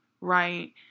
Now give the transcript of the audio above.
right